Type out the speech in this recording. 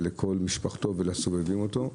לכל משפחתו ולסובבים אותו.